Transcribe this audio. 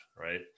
right